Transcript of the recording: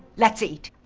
let's eat.